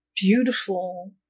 beautiful